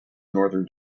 northern